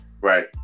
Right